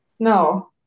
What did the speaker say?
No